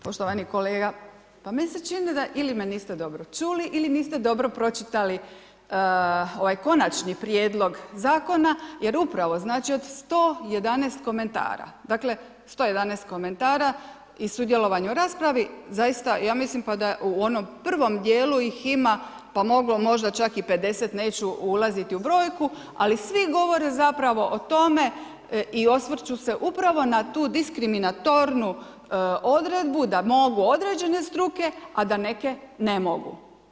Poštovani kolega, pa meni se čini, ili me niste dobro čuli, ili niste dobro pročitali ovaj konačni prijedlog zakona, jer upravo, znači od 111 komentara, dakle, 111 komentara i sudjelovanje u raspravi, zaista ja mislim da u onom prvom dijelu ih ima, pa možda čak i 50 neću ulaziti u brojku, ali svi govore zapravo o tome i osvrću se upravo na tu diskriminatornu odredbu, da mogu određene struke, a da neke ne mogu.